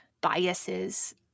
biases